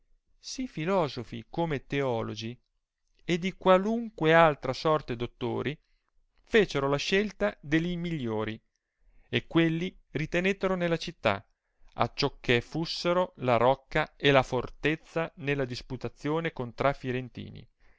sì fiiosoti come teologi e di qualunque altra sorte dottori fecero la scelta de gli migliori e quelli ritenettero nella città a ciò che fussero la rocca e la fortezza nella disputazione contra firentini